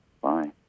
Bye